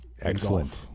Excellent